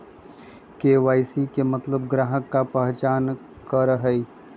KYC के मतलब ग्राहक का पहचान करहई?